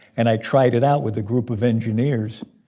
and i tried it out with a group of engineers.